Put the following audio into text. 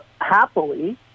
happily